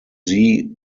sie